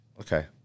Okay